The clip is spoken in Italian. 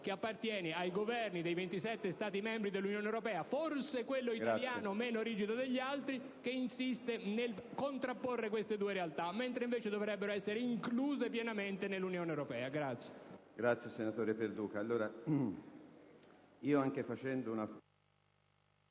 che appartiene ai Governi dei 27 Stati membri dell'Unione europea (forse, quello italiano meno rigido degli altri) che insiste nel contrapporre queste due realtà, che invece dovrebbero essere incluse pienamente nell'Unione europea. *(Applausi dal Gruppo